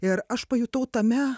ir aš pajutau tame